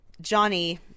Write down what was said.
Johnny